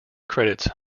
credits